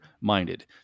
minded